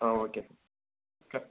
ah okay sir sir